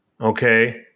Okay